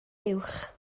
uwch